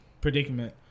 predicament